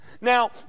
Now